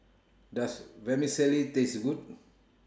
Does Vermicelli Taste Good